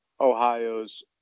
Ohio's